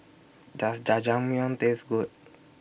Does Jajangmyeon Taste Good